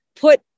put